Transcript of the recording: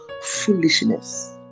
foolishness